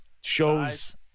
shows